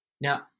Now